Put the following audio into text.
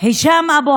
הישאם אבו